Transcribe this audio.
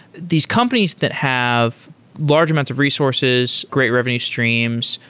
these companies that have large amounts of resources, great revenue streams,